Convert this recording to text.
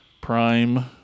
Prime